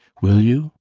will you?